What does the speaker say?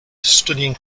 studying